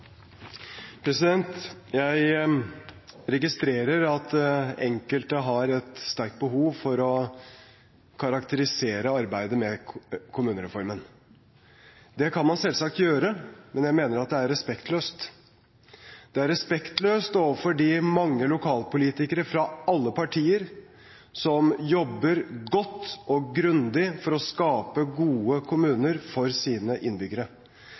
Jeg registrerer at enkelte har et sterkt behov for å karakterisere arbeidet med kommunereformen. Det kan man selvsagt gjøre, men jeg mener det er respektløst. Det er respektløst overfor de mange lokalpolitikere fra alle partier som jobber godt og grundig for å skape gode kommuner for sine innbyggere.